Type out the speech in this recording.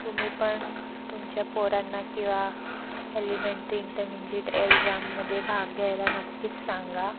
तुम्ही पण तुमच्या पोरांना किंवा एलिमेंटरी इंटरमिजिएट एक्झाममध्ये भाग घ्यायला नक्की सांगा